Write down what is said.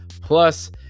Plus